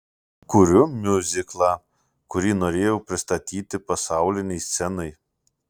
kuriu miuziklą kurį norėjau pristatyti pasaulinei scenai